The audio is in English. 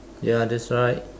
ya that's right